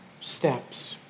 steps